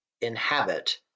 inhabit